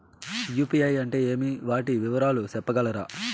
UPI అంటే ఏమి? వాటి వివరాలు సెప్పగలరా?